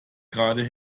gerade